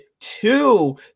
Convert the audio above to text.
two